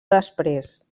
després